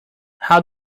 how